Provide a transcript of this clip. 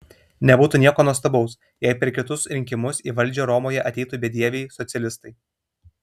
nebūtų nieko nuostabaus jei per kitus rinkimus į valdžią romoje ateitų bedieviai socialistai